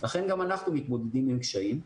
לכן גם אנחנו מתמודדים עם קשיים.